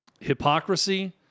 hypocrisy